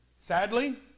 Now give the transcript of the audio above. Sadly